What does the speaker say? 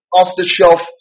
off-the-shelf –